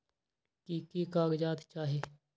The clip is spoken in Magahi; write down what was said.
की की कागज़ात चाही?